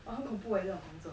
!wah! 很恐怖 leh 这种工作